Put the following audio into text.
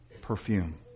perfume